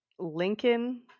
Lincoln